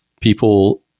people